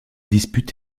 dispute